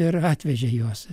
ir atvežė juos